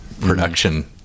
production